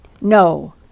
No